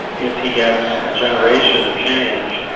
if he gets a generation of change,